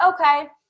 Okay